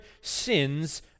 sins